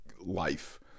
life